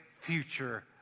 future